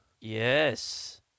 Yes